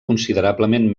considerablement